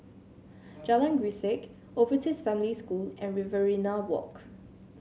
Jalan Grisek Overseas Family School and Riverina Walk